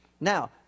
Now